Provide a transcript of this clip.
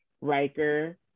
Riker